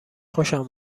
خوشم